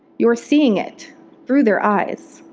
you're seeing it through their eyes.